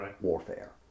warfare